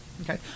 Okay